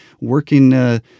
working